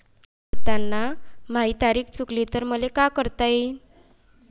कर्ज भरताना माही तारीख चुकली तर मले का करता येईन?